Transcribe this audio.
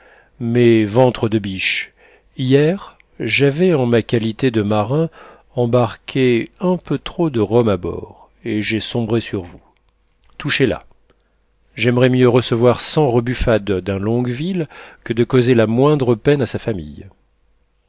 mais ventre de biche hier j'avais en ma qualité de marin embarqué un peu trop de rhum à bord et j'ai sombré sur vous touchez là j'aimerais mieux recevoir cent rebuffades d'un longueville que de causer la moindre peine à sa famille